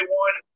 one